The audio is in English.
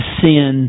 sin